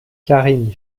karine